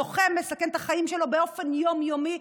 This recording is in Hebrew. לוחם, מסכן את החיים שלו באופן יום-יומי.